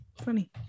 Funny